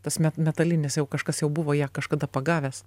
tas met metalinis jau kažkas jau buvo ją kažkada pagavęs